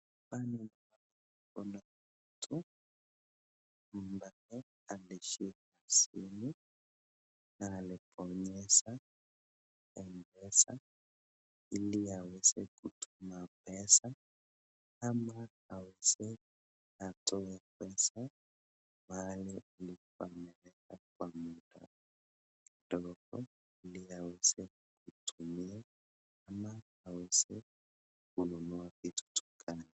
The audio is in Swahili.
Hapa kuna mtu ambaye ameshika simu na amebonyeza mpesa ili aweze kutuma pesa ama aweze atoe pesa mahali alikuwa ameweka kwa muda kidogo ili aweze kutumia ama aweze kununua vitu dukani.